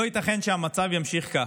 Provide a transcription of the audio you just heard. לא ייתכן שהמצב יימשך כך.